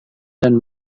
dan